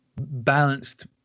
Balanced